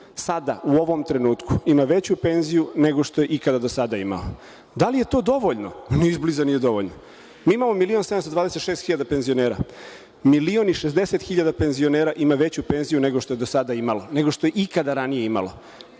sada, u ovom trenutku, ima veću penziju, nego što je ikada do sada imao. Da li je to dovoljno? Ni izbliza nije dovoljno. Mi imamo 1.726.000 penzionera, 1.060.000 ima veću penziju nego što je do sada imalo, nego što je ikada ranije imalo.